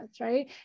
Right